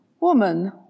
Woman